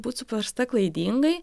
būt suprasta klaidingai